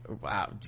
Wow